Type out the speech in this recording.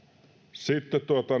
sitten